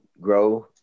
grow